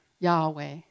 Yahweh